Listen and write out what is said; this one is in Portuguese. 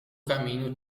caminho